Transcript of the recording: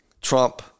Trump